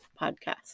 podcast